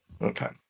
Okay